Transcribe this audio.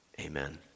Amen